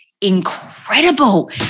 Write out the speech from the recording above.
incredible